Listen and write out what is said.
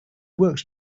works